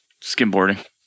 skimboarding